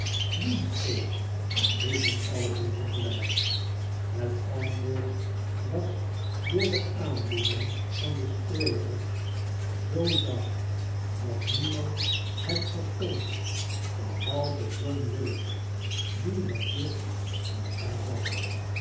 geest riepen alle drie te gelijk het antwoord was door de aandoening van den spreker zoo zacht dat niemand wat de vrienden er van dachten het verstond behalve john willet die het dichtst bij hem zat